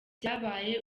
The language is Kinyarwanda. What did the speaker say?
byabaye